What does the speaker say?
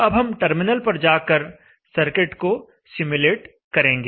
अब हम टर्मिनल पर जाकर सर्किट को सिम्युलेट करेंगे